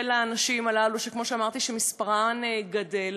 של הנשים האלה, שכמו שאמרתי, מספרן גדל,